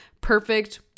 perfect